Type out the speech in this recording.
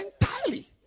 entirely